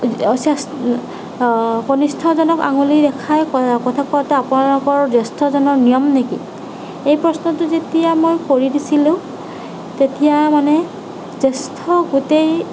কনিষ্ঠজনক আঙুলি দেখাই কথা কোৱাটো আপোনালোকৰ জ্যেষ্ঠজনৰ নিয়ম নেকি এই প্ৰশ্নটো যেতিয়া মই কৰি দিছিলো তেতিয়া মানে জ্যেষ্ঠ গোটেই